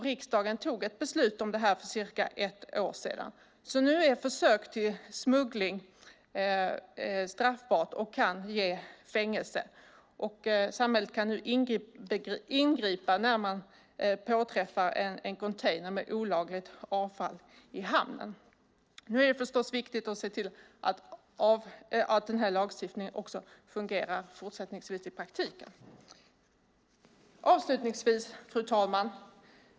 Riksdagen fattade ett beslut om detta för cirka ett år sedan. Nu är försök till smuggling straffbart och kan ge fängelse. Samhället kan ingripa när man påträffar en container med olagligt avfall i en hamn. Det är förstås viktigt att se till att lagstiftningen fungerar i praktiken också fortsättningsvis. Fru talman!